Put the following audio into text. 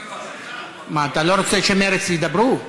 מה, אתה לא רוצה שמרצ ידברו?